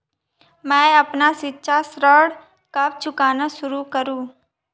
मैं अपना शिक्षा ऋण कब चुकाना शुरू करूँ?